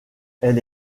elle